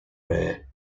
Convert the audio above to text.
rare